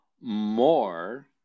more